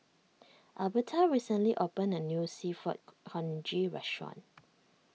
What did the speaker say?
Elberta recently opened a new Seafood Congee restaurant